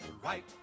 Right